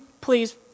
please